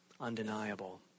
undeniable